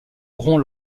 auront